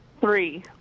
Three